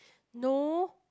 no